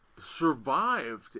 survived